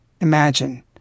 imagine